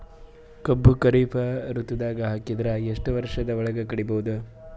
ಕಬ್ಬು ಖರೀಫ್ ಋತುದಾಗ ಹಾಕಿದರ ಎಷ್ಟ ವರ್ಷದ ಒಳಗ ಕಡಿಬಹುದು?